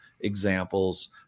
examples